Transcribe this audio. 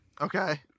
okay